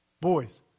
Boys